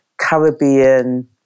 Caribbean